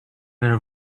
they